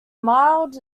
mild